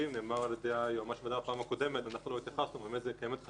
קיימת חשיבות